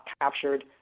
captured